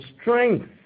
strength